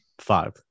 Five